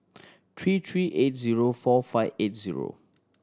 three three eight zero four five eight zero